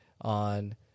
on